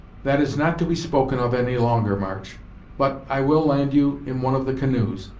that is not to be spoken of any longer, march but, i will land you in one of the canoes,